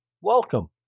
welcome